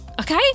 okay